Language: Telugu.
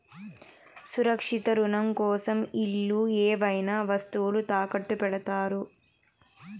సురక్షిత రుణం కోసం ఇల్లు ఏవైనా వస్తువులు తాకట్టు పెడతారు